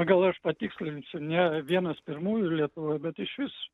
gal aš patikslinsiu ne vienas pirmųjų lietuvoje bet iš vis